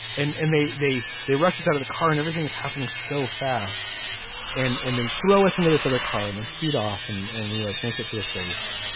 and and they they they rushes out of the car and everything is happening so fast and and they throw us into this other car and they speed off and and we like make it to this base.